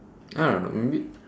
I don't know maybe